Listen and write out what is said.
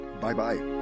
Bye-bye